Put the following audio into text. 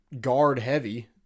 guard-heavy